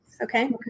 okay